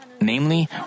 Namely